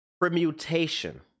permutation